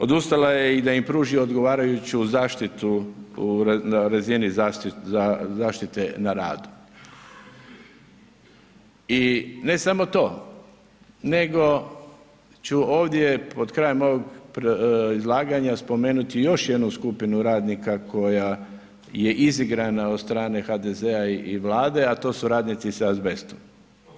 Odustala je i da im pruži odgovarajuću zaštitu u razini zaštite na radu i ne samo to nego ću ovdje pod krajem ovog izlaganja spomenuti još jednu skupinu radnika koja je izigrana od strane HDZ-a i Vlade, a to su radnici sa azbestom.